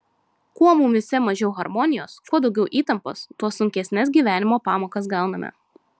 kuo mumyse mažiau harmonijos kuo daugiau įtampos tuo sunkesnes gyvenimo pamokas gauname